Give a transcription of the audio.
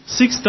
six